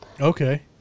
Okay